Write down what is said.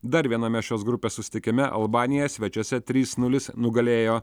dar viename šios grupės susitikime albanija svečiuose trys nulis nugalėjo